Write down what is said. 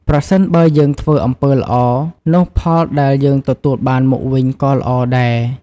ប្រសិនបើយើងធ្វើអំពើល្អ នោះផលដែលយើងទទួលបានមកវិញក៏ល្អដែរ។